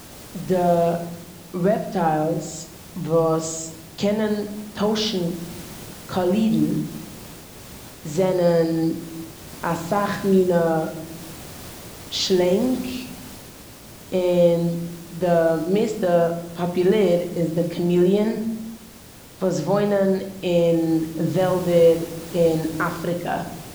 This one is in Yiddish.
די רעפטיילס וואס קענען טוישן קאלירן זענען אסאך מינע שלענג, און די מערסטע פאפולער איז די קאמיליען וואס וואויענען אין וועלדער אין אפריקע.